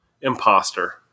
imposter